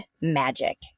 Magic